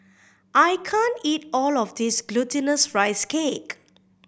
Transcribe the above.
I can't eat all of this Glutinous Rice Cake